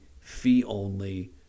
fee-only